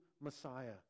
Messiah